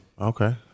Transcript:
Okay